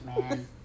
man